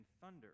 thunder